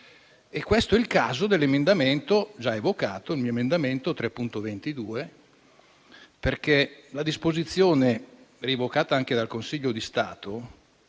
Questo è il caso dell'emendamento già evocato, il 3.22, da me presentato, perché la disposizione revocata anche dal Consiglio di Stato